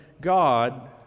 God